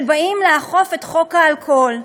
שבאים לאכוף את חוק האלכוהול.